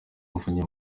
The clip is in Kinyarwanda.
umuvunyi